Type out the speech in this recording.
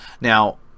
Now